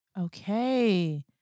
okay